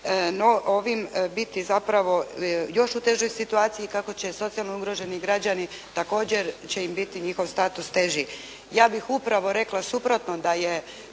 no ovim biti zapravo još u težoj situaciji kako će socijalno ugroženi građani također će im biti njihov status teži. Ja bih upravo rekla suprotno da je